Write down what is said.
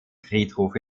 friedhof